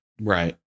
Right